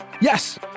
Yes